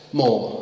more